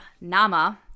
Nama